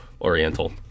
Oriental